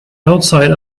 outside